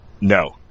no